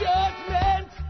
Judgment